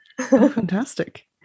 Fantastic